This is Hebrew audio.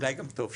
אולי גם טוב שכך.